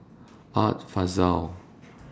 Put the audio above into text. Art Fazil